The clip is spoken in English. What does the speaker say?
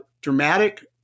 dramatic